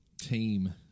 team